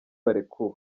barekuwe